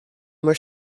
were